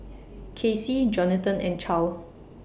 Casey Johnathan and Charle